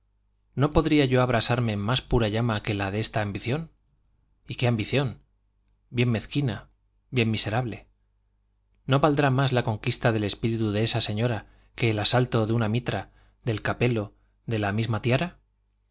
no podría yo abrasarme en más pura llama que la de esta ambición y qué ambición bien mezquina bien miserable no valdrá más la conquista del espíritu de esa señora que el asalto de una mitra del capelo de la misma tiara